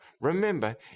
remember